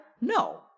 No